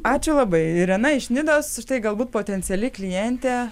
ačiū labai irena iš nidos štai galbūt potenciali klientė